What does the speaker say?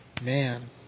Man